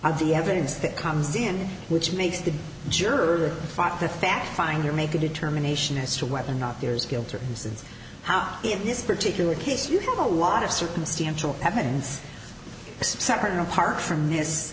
of the evidence that comes in which makes the juror five the fact finder make a determination as to whether or not there's guilt or innocence how in this particular case you have a lot of circumstantial evidence separate and apart from this